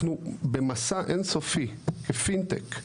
אנחנו במסע אינסופי, כפינטק,